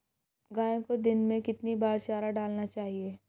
गाय को दिन में कितनी बार चारा डालना चाहिए?